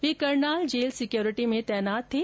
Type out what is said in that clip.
वे Karnal jail security में तैनात थे